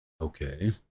okay